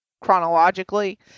chronologically